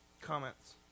comments